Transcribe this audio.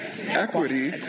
Equity